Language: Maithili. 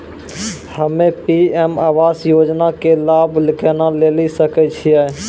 हम्मे पी.एम आवास योजना के लाभ केना लेली सकै छियै?